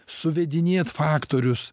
suvedinėt faktorius